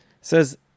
says